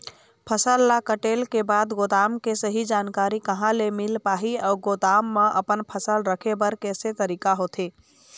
फसल ला कटेल के बाद गोदाम के सही जानकारी कहा ले मील पाही अउ गोदाम मा अपन फसल रखे बर कैसे तरीका होथे?